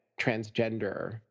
transgender